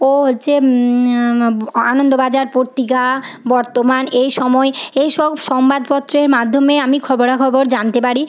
ও হচ্ছে আ আনন্দবাজার পত্রিকা বর্তমান এই সময় এই সব সংবাদপত্রের মাধ্যমে আমি খবরাখবর জানতে পারি